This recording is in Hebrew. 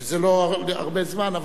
שזה לא עוד הרבה זמן.